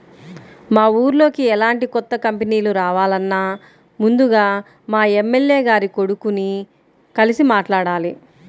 మా ఊర్లోకి ఎలాంటి కొత్త కంపెనీలు రావాలన్నా ముందుగా మా ఎమ్మెల్యే గారి కొడుకుని కలిసి మాట్లాడాలి